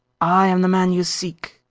i am the man you seek!